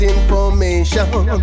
information